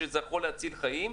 שזה יכול להציל חיים.